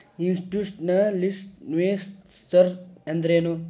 Institutional investors ಅಂದ್ರೇನು?